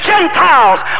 Gentiles